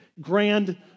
grand